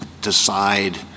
decide